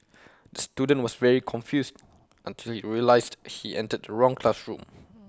the student was very confused until he realised he entered the wrong classroom